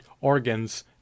organs